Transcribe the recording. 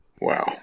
Wow